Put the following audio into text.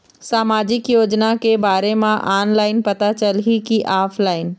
सामाजिक योजना के बारे मा ऑनलाइन पता चलही की ऑफलाइन?